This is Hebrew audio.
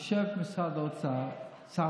יושב שר האוצר,